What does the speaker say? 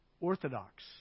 orthodox